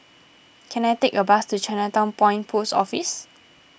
can I take a bus to Chinatown Point Post Office